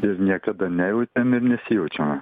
ir niekada nejautėm ir nesijaučiame